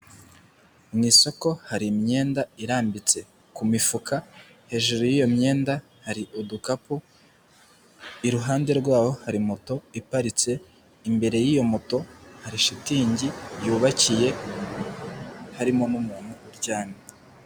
Mu isoko hari imyenda irambitse ku mifuka hejuru y'iyo myenda hari udukapu iruhande rwaho hari moto iparitse imbere y'iyo moto hari shitingi yubakiye harimo n'umuntu uryamye.